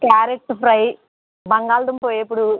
carrot fry బంగాళదుంప వేపుడు